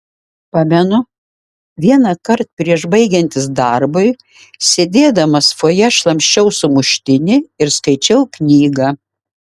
pamenu vienąkart prieš baigiantis darbui sėdėdamas fojė šlamščiau sumuštinį ir skaičiau knygą